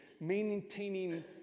maintaining